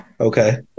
Okay